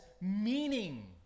meaning